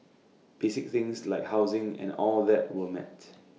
basic things like housing and all that were met